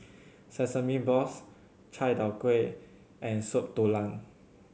sesame balls Chai Tow Kuay and Soup Tulang